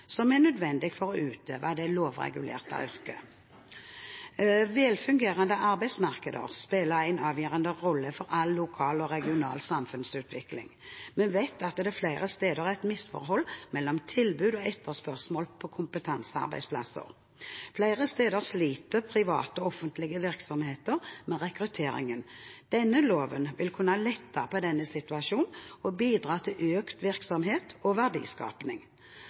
som er nødvendig for å utøve det lovregulerte yrket. Velfungerende arbeidsmarkeder spiller en avgjørende rolle for all lokal og regional samfunnsutvikling. Vi vet at det flere steder er et misforhold mellom tilbud og etterspørsel på kompetansearbeidsplasser. Flere steder sliter private og offentlige virksomheter med rekrutteringen. Denne loven vil kunne lette på denne situasjonen og bidra til økt virksomhet og